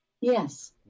Yes